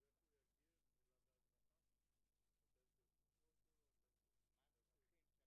זה יכול להיות מגוון של מחלות ויכול להיות מגוון של סימפטומים והפרעות